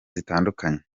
zitandukanye